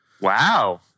Wow